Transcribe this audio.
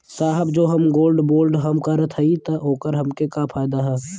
साहब जो हम गोल्ड बोंड हम करत हई त ओकर हमके का फायदा ह?